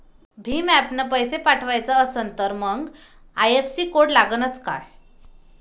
भीम ॲपनं पैसे पाठवायचा असन तर मंग आय.एफ.एस.सी कोड लागनच काय?